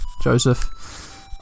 Joseph